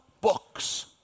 books